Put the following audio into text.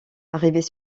arrivés